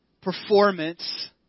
performance